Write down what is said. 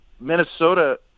Minnesota –